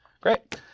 Great